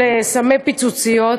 של סמי פיצוציות,